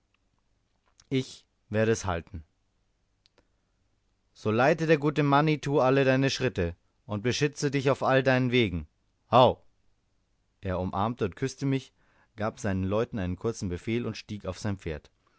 ich werde es halten so leite der gute manitou alle deine schritte und beschütze dich auf allen deinen wegen howgh er umarmte und küßte mich gab seinen leuten einen kurzen befehl und stieg auf sein pferd